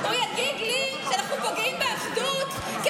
הוא יגיד לי שאנחנו פוגעים באחדות כי